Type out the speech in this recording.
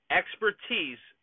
expertise